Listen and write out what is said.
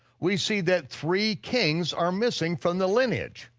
we see that three kings are missing from the lineage,